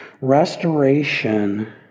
Restoration